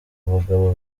abagabo